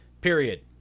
period